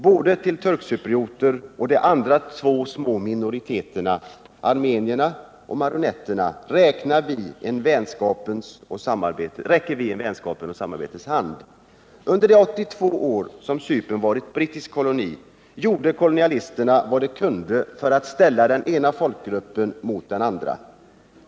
Både till turkcyprioterna och de andra två små minoriteterna, armenierna och maroniterna, räcker vi en vänskapens och samarbetets hand.” Under de 82 år som Cypern var en brittisk koloni gjorde kolonialisterna vad de kunde för att ställa den ena folkgruppen mot den andra.